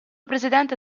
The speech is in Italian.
presidente